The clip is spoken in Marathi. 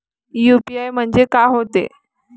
यू.पी.आय म्हणजे का होते?